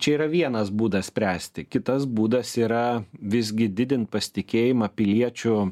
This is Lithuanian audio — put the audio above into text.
čia yra vienas būdas spręsti kitas būdas yra visgi didint pasitikėjimą piliečių